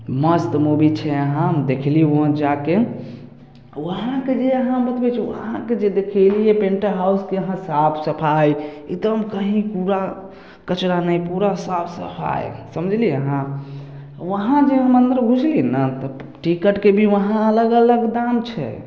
मस्त मूबी छै अहाँ देखली हुआँ जाके तऽ वहाँके जे अहाँ देखबै जे अहाँके जे देखेली पेंटा हाउसके अहाँ साफ सफाइ ई तऽ हम कहीँ कूड़ा कचरा नहि पुरा साफ सफाइ समझलियै अहाँ वहाँ जे हम अन्दर घुसली ने तऽ टिकटके भी वहाँ अलग अलग दाम छै